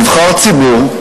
נבחר ציבור,